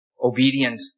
obedient